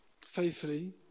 faithfully